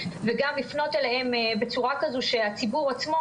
וגם לפנות אליהם בצורה כזאת שהציבור עצמו